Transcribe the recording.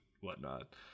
whatnot